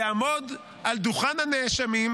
יעמוד על דוכן הנאשמים,